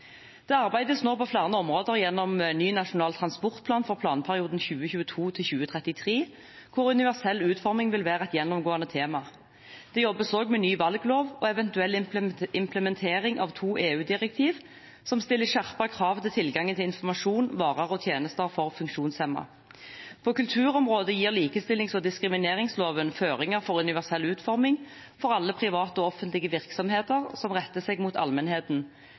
Det arbeides nå på flere områder gjennom ny nasjonal transportplan for planperioden 2022–2033, hvor universell utforming vil være et gjennomgående tema. Det jobbes også med ny valglov og eventuell implementering av to EU-direktiv som stiller skjerpede krav til tilgangen til informasjon, varer og tjenester for funksjonshemmede. På kulturområdet gir likestillings- og diskrimineringsloven føringer for universell utforming for alle private og offentlige virksomheter som retter seg mot allmennheten.